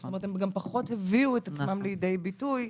זאת אומרת, הם גם פחות הביאו את עצמם לידי ביטוי.